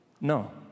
No